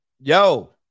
Yo